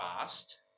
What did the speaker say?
fast